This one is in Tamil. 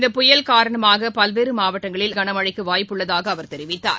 இந்த புயல் காரணமாகபல்வேறமாவட்டங்களில் கனமழக்குவாய்ப்பு உள்ளதாகஅவர் தெரிவித்தார்